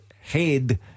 head